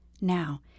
Now